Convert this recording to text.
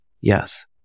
Yes